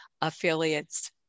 affiliates